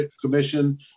Commission